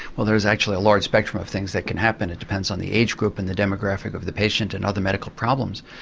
well there is actually a large spectrum of things that can happen. it depends on the age group and the demographic of the patient and other medical problems.